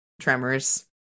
Tremors